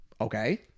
Okay